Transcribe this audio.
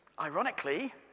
ironically